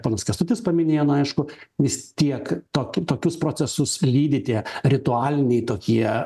ponas kęstutis paminėjo nu aišku vis tiek tokį tokius procesus lydi tie ritualiniai tokie